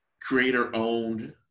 creator-owned